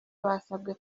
basabwe